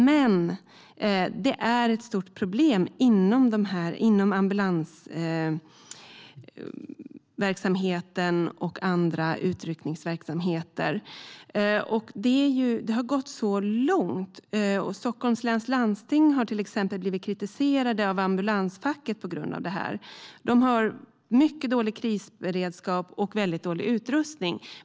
Men det har gått så långt att det finns ett stort problem inom ambulansverksamheten och andra utryckningsverksamheter. Stockholms läns landsting, till exempel, har blivit kritiserade av ambulansfacket på grund av detta. De har mycket dålig krisberedskap och dålig utrustning.